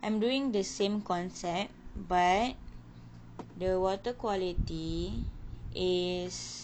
I'm doing the same concept but the water quality is